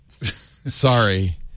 sorry